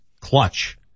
clutch